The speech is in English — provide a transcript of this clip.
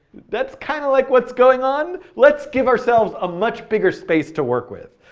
that's kind of like what's going on. let's give ourselves a much bigger space to work with.